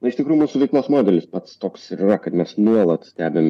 na iš tikrųjų mūsų veiklos modelis pats toks ir yra kad mes nuolat stebim